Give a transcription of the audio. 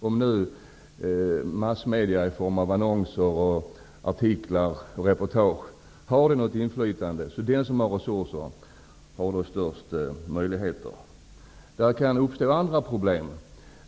Om massmedia i form av annonser, artiklar och reportage har något inflytande, har den som har resurser störst möjligheter. Det kan också uppstå andra problem.